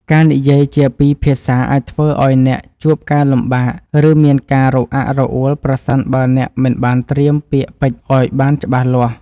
ការនិយាយជាពីរភាសាអាចធ្វើឱ្យអ្នកជួបការលំបាក ឬមានការរអាក់រអួលប្រសិនបើអ្នកមិនបានត្រៀមពាក្យពេចន៍ឱ្យបានច្បាស់លាស់។